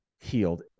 healed